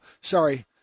Sorry